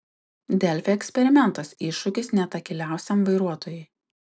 delfi eksperimentas iššūkis net akyliausiam vairuotojui